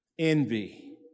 Envy